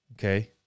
okay